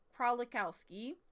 kralikowski